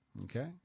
okay